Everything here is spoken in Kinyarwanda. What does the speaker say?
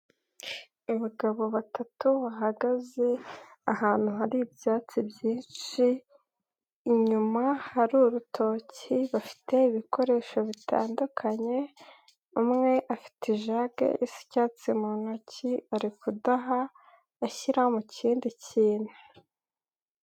Abagabo batatu bahagaze ahantu hari ibyatsi byinshi, inyuma hari urutoki bafite ibikoresho bitandukanye umwe afite ijage isa icyatsi mu ntoki ari kudaha ashyira mu kindi kintu.